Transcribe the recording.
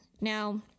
now